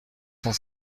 cent